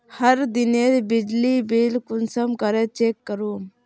हर दिनेर बिजली बिल कुंसम करे चेक करूम?